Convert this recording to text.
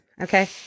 Okay